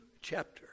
chapter